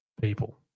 people